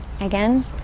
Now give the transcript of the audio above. again